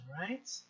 right